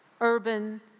urban